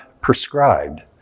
prescribed